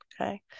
Okay